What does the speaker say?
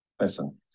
Listen